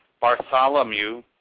Bartholomew